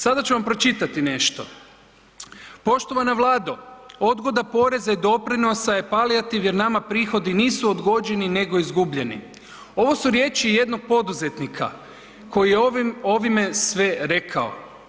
Sada ću vam pročitati nešto: „Poštovana Vlado, odgoda poreza i doprinosa je palijativ jer nama prihodi nisu odgođeni nego izgubljeni.“ Ovo su riječi jednog poduzetnika koji je ovim, ovime sve rekao.